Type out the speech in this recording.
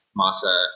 masa